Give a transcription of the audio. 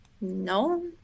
No